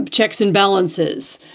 ah checks and balances,